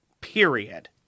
period